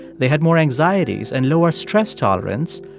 they had more anxieties and lower stress tolerance.